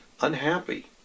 unhappy